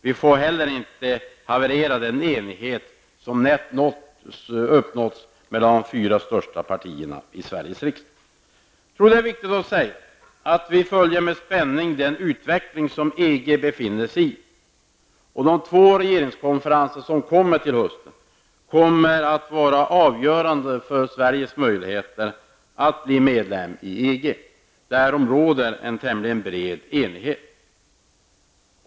Vi får inte heller låta den enighet som uppnåtts mellan de fyra största partierna i Sveriges riksdag haverera. Jag tror att det är viktigt att säga att vi följer med spänning den utveckling som EG befinner sig i. De två regeringskonferenser som kommer till hösten blir avgörande för Sveriges möjligheter att bli medlem i EG, därom råder en tämligen bred enighet.